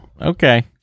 Okay